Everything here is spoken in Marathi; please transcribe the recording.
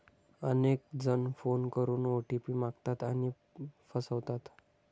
अनेक जण फोन करून ओ.टी.पी मागतात आणि फसवतात